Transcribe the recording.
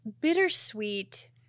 Bittersweet